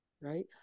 right